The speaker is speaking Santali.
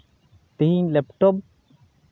ᱛᱤᱦᱤᱧ ᱞᱮᱯᱴᱚᱯ